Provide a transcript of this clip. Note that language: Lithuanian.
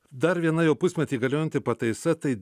dar viena jau pusmetį galiojanti pataisa tai